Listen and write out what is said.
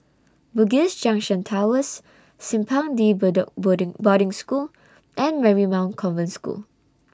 Bugis Junction Towers Simpang De Bedok Boarding Boarding School and Marymount Convent School